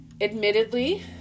admittedly